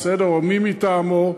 או מי מטעמו,